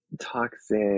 toxic